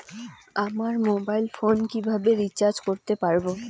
আমার mobile phone কিভাবে recharge করতে পারব?